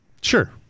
Sure